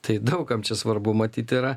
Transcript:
tai daug kam svarbu matyt yra